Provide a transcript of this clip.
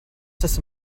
das